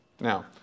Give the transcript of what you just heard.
Now